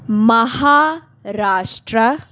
Maharashtra